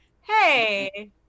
Hey